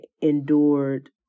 endured